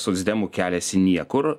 socdemų kelias į niekur